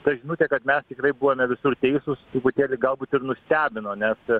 ta žinutė kad mes tikrai buvome visur teisūs truputėlį galbūt ir nustebino nes